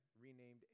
renamed